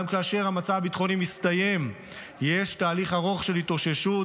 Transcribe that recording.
גם כאשר המצב הביטחוני מסתיים יש תהליך ארוך של התאוששות,